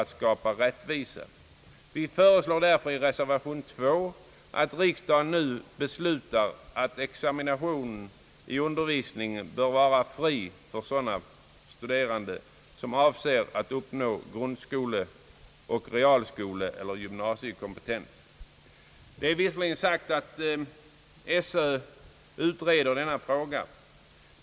Vi föreslår därför i den med 2 betecknade reservationen att riksdagen nu beslutar att examinationen i princip skall vara kostnadsfri för korrespondensstuderande som avser att uppnå grundskole-, realskoleoch gymnasiekompetens. Det är visserligen sagt att skolöverstyrelsen utreder denna fråga.